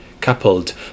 coupled